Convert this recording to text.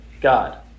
God